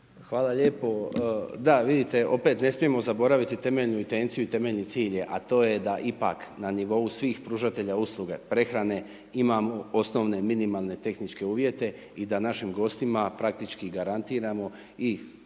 Hvala lijepo. Da vidite, opet ne smijemo zaboraviti temelju intenciju i temeljni cilj, a to je da ipak na nivou svih pružatelja usluga prehrane imamo osnovne minimalne tehničke uvjete i da našim gostima praktički garantiramo i